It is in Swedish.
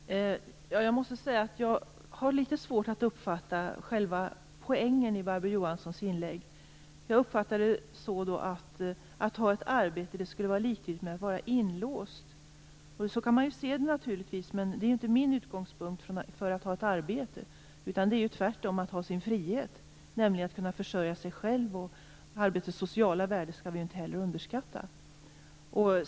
Fru talman! Jag måste säga att jag har litet svårt att uppfatta själva poängen i Barbro Johanssons inlägg. Jag uppfattar det så att det skulle vara liktydigt med att vara inlåst att ha ett arbete. Så kan man naturligtvis se det, men det är ju inte min utgångspunkt när det gäller att ha ett arbete. Det är tvärtom så att man då har sin frihet, friheten att kunna försörja sig själv. Arbetets sociala värde skall vi inte heller underskatta.